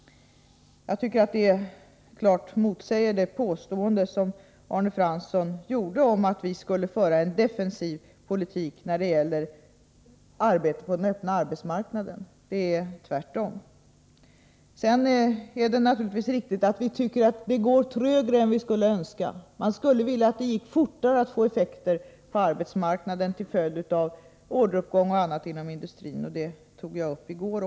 Det motsäger klart Arne Franssons påstående om att vi skulle föra en defensiv politik beträffande den öppna arbetsmarknaden. Det är tvärtom. Sedan är det naturligtvis riktigt att det går trögare än vi skulle önska. Det borde gå att få snabbare effekter på arbetsmarknaden till följd av orderuppgången och annat inom industrin. Även det tog jag upp i går.